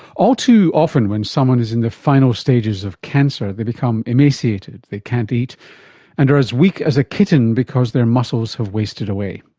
all too often when someone is in the final stages of cancer they become emaciated, they can't eat and are as weak as a kitten because their muscles have wasted away.